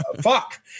fuck